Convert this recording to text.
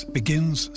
begins